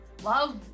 Love